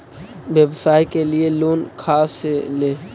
व्यवसाय के लिये लोन खा से ले?